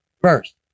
First